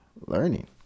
learning